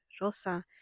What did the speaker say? rosa